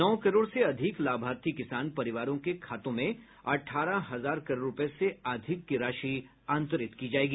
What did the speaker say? नौ करोड़ से अधिक लाभार्थी किसान परिवारों के खातों में अठारह हजार करोड़ रुपये से अधिक की राशि अंतरित की जाएगी